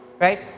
right